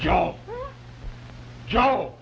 joe joe